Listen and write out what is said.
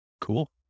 Cool